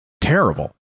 terrible